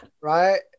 right